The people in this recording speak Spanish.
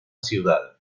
ciudad